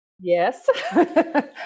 Yes